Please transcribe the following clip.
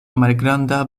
malgranda